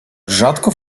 rzadko